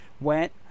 went